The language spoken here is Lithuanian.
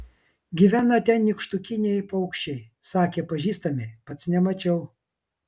gyvena ten nykštukiniai paukščiai sakė pažįstami pats nemačiau